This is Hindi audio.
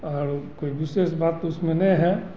और कोई विशेष बात उसमें ने है